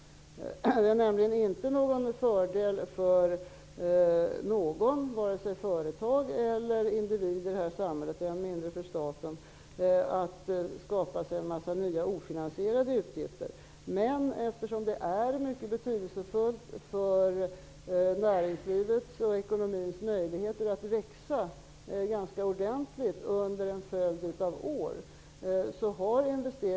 Det är nämligen inte till fördel för någon -- varken för företag eller för individerna i samhället och än mindre för staten -- att det skapas en massa nya ofinansierade utgifter. Men investeringarna har en mycket stor betydelse för näringslivets och ekonomins möjligheter att växa ganska ordenligt under en följd av år.